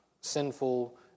sinful